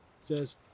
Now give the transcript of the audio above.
says